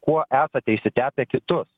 kuo esate išsitepę kitus